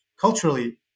culturally